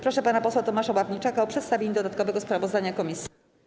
Proszę pana posła Tomasza Ławniczaka o przedstawienie dodatkowego sprawozdania komisji.